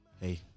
Hey